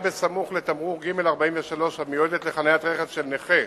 בסמוך לתמרור ג-43 המיועדת לחניית רכב של נכה